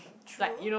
true